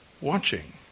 watching